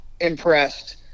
impressed